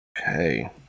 Okay